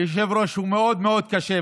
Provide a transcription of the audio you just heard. היושב-ראש הוא מאוד מאוד קשה,